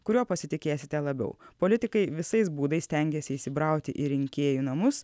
kuriuo pasitikėsite labiau politikai visais būdais stengiasi įsibrauti į rinkėjų namus